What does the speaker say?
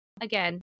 again